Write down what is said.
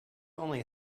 only